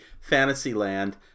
Fantasyland